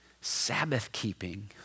Sabbath-keeping